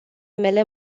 mele